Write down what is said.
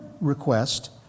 request